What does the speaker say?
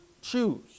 choose